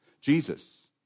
Jesus